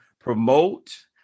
promote